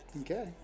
Okay